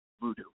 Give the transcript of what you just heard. voodoo